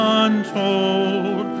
untold